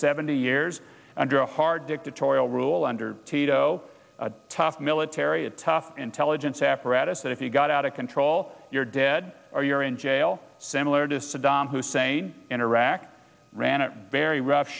seventy years under a hard dictatorial rule under tito a tough military a tough intelligence apparatus that if you got out of control you're dead or you're in jail similar to saddam hussein in iraq ran a very rough